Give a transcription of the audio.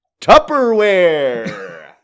Tupperware